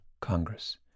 Congress